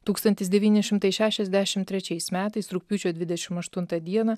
tūkstantis devyni šimtai šešiasdešim trečiais metais rugpjūčio dvidešim aštuntą dieną